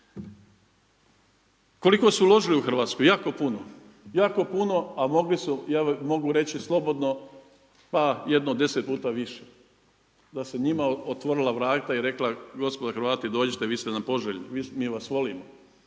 Koliko su uložili u Hrvatsku? Jako puno. Jako puno, a mogli su ja mogu reći slobodno pa jedno 10 puta više, da su se njima otvorila vrata i reklo gospodo Hrvati dođite vi ste nam poželjni, mi vas volimo.